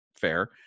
Fair